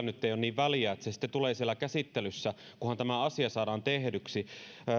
nyt ei ole niin väliä vaan se tulee sitten siellä käsittelyssä kunhan tämä asia saadaan tehdyksi